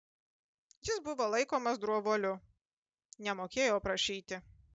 jis buvo laikomas drovuoliu nemokėjo prašyti